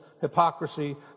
hypocrisy